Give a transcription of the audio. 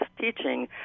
teaching